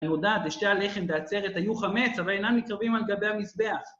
אני יודעת, אשתי הלחם בעצרת היו חמץ, אבל אינם מקרבים על גבי המזבח.